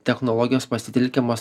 technologijos pasitelkiamos